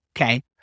okay